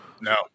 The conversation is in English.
no